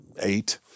eight